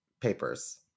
papers